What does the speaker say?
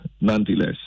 Nonetheless